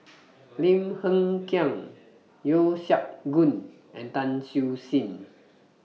Lim Hng Kiang Yeo Siak Goon and Tan Siew Sin